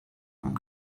and